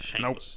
Nope